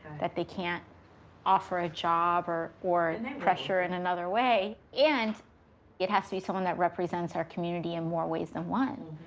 that they can't offer a job or or pressure in another way. and it has to be someone that represents her community in more ways than one.